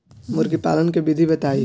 मुर्गीपालन के विधी बताई?